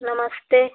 नमस्ते